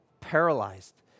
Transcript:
Paralyzed